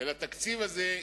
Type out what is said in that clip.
התקציב הזה,